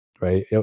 right